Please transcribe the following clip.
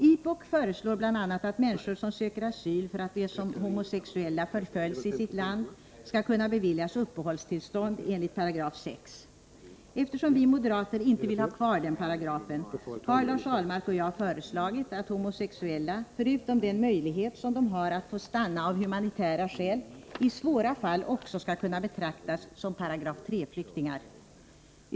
IPOK föreslår bl.a. att människor som söker asyl för att de såsom homosexuella förföljs i sitt land skall kunna beviljas uppehållstillstånd enligt 6 §. Eftersom vi moderater inte vill ha kvar den paragrafen har Lars Ahlmark och jag föreslagit att homosexuella förutom den möjlighet som de har att få stanna kvar av humanitära skäl i svåra fall också skall kunna betraktas som flyktingar enligt 3 §.